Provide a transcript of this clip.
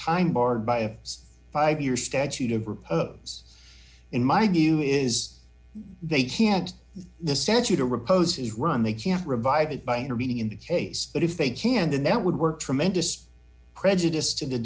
time barred by a five year statute of repose in my view is they can't the statute to repose is run they can't revive it by intervening in the case but if they can then that would work tremendous prejudice to the